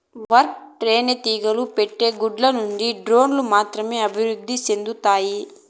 worker తేనెటీగలు పెట్టే గుడ్ల నుండి డ్రోన్లు మాత్రమే అభివృద్ధి సెందుతాయి